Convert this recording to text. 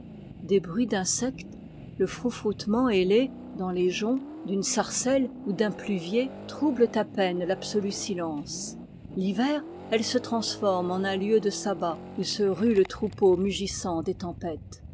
des bruits d'insectes le froufroutement ailé dans les joncs d'une sarcelle ou d'un pluvier troublent à peine l'absolu silence l'hiver elie se transforme en un lieu de sabbat où se rue le troupeau mugissant des tempêter